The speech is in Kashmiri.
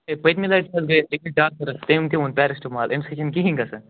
ہے پٔتمہِ لٹہِ حظ گوٚیوس بہٕ أکِس ڈاکٹرَس تمۍ تہِ ووٚو پیریسٹمال تمہِ سۭتۍ چھُ نہٕ کہِیٖنۍ گژھان